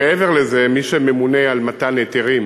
מעבר לזה, מי שממונה על מתן היתרים